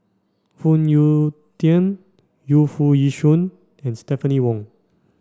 Phoon Yew Tien Yu Foo Yee Shoon and Stephanie Wong